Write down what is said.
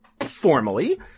formally